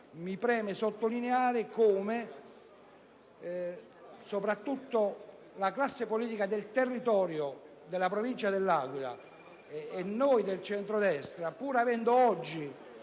Mi preme sottolineare, per quanto riguarda la classe politica del territorio della Provincia dell'Aquila, che noi del centrodestra, pur avendo oggi